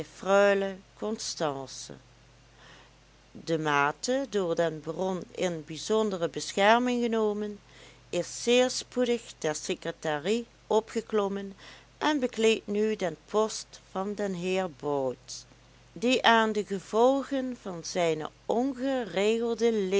freule constance de maete door den baron in bijzondere bescherming genomen is zeer spoedig ter secretarie opgeklommen en bekleedt nu den post van den heer bout die aan de gevolgen van zijne ongeregelde